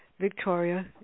Victoria